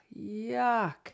yuck